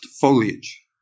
foliage